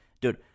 Dude